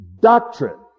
doctrine